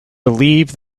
believe